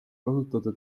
kasutada